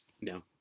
No